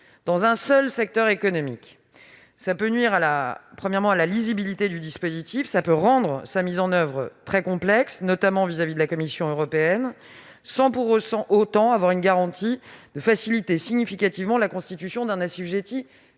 dans un seul secteur économique. Cela peut nuire à la lisibilité du dispositif et rendre sa mise en oeuvre très complexe, notamment vis-à-vis de la Commission européenne, sans pour autant avoir la garantie de faciliter significativement la constitution d'un assujetti